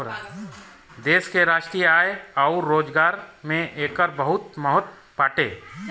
देश के राष्ट्रीय आय अउर रोजगार में एकर बहुते महत्व बाटे